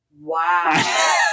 Wow